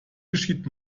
geschieht